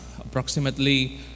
approximately